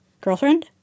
Girlfriend